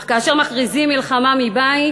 אך כאשר מכריזים מלחמה מבית,